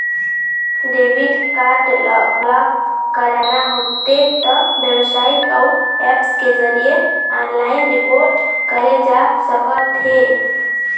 debit card ल block कराना होथे त बेबसाइट अउ ऐप्स के जरिए ऑनलाइन रिपोर्ट करे जा सकथे